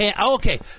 okay